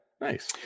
nice